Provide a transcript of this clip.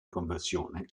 conversione